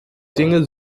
dinge